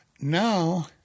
Now